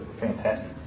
fantastic